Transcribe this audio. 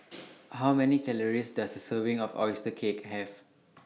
How Many Calories Does A Serving of Oyster Cake Have